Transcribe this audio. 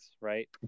right